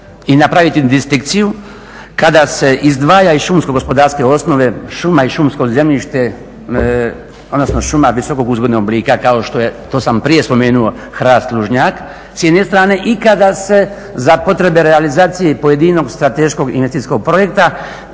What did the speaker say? i napraviti distinkciju kada se izdvaja iz šumsko-gospodarske osnove šuma i šumsko zemljište odnosno šuma visokog … oblika kao što je to sam prije spomenuo hrast lužnjak s jedne strane i kada se za potrebe realizacije pojedinog strateškog investicijskog projekta